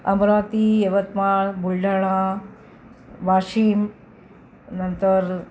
अमरावती यवतमाळ बुलढाणा वाशिम नंतर